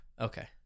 Okay